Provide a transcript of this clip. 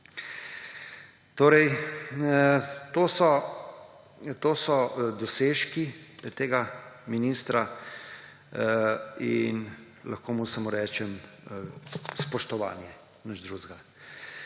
Torej, to so dosežki tega ministra. In lahko mu samo rečem – spoštovanje! Nič drugega.